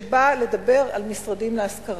שבא לדבר על משרדים להשכרה.